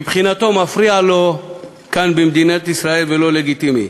מבחינתו מפריע לו כאן במדינת ישראל ולא לגיטימי.